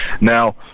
now